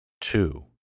Two